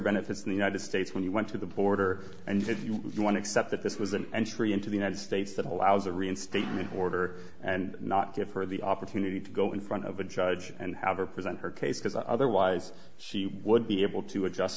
benefits in the united states when you went to the border and you want to accept that this was an entry into the united states that allows a reinstatement order and not give her the opportunity to go in front of a judge and have her present her case because otherwise she would be able to adjust